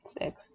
six